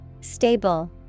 Stable